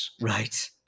right